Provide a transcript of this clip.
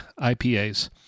IPAs